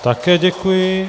Také děkuji.